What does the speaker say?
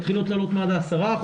הן מתחילות לעלות מעל ל-10%,